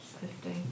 Fifteen